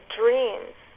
dreams